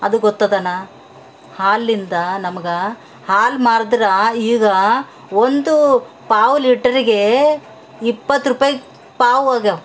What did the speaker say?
ಅದು ಗೊತ್ತದನ ಹಾಲಿಂದ ನಮ್ಗೆ ಹಾಲು ಮಾರಿದ್ರೆ ಈಗ ಒಂದು ಪಾವು ಲೀಟರಿಗೆ ಇಪ್ಪತ್ತು ರೂಪಾಯಿ ಪಾವು ಆಗ್ಯಾವ